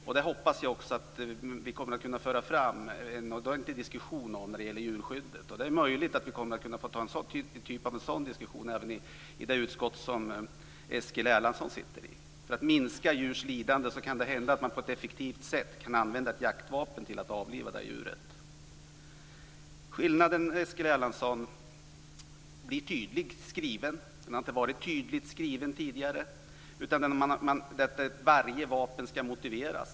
Jag hoppas också att vi kommer att kunna föra fram en ordentlig diskussion om detta när det gäller djurskyddet. Det är möjligt att vi kommer att föra en sådan diskussion även i det utskott som Eskil Erlandsson sitter i. För att minska ett djurs lidande kan det hända att man på ett effektivt sätt kan använda ett jaktvapen till att avliva det här djuret. Skillnaden blir tydligt skriven, Eskil Erlandsson. Den har inte varit tydligt skriven tidigare. Varje vapen ska motiveras.